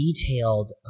detailed